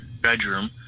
bedroom